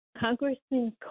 Congressman